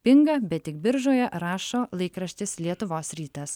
pinga bet tik biržoje rašo laikraštis lietuvos rytas